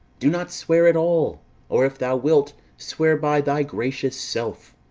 do not swear at all or if thou wilt, swear by thy gracious self,